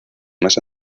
más